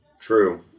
true